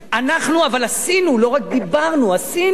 אנחנו אבל עשינו, לא רק דיברנו, עשינו.